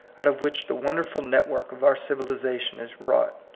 out of which the wonderful network of our civilization is wrought.